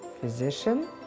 physician